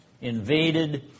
invaded